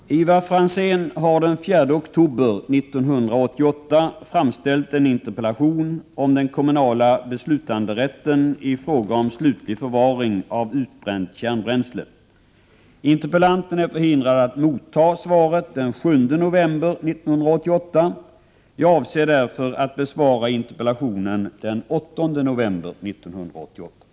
Herr talman! Ivar Franzén har den 4 oktober 1988 framställt en interpellation om den kommunala beslutanderätten i fråga om slutlig förvaring av utbränt kärnbränsle. Interpellanten är förhindrad att motta svaret den 7 november 1988. Jag avser därför att besvara interpellationen den 8 november 1988.